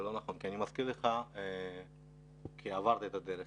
זה לא נכון ואני מזכיר לך כי עברת את הדרך.